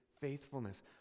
faithfulness